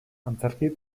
antzerki